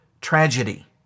tragedy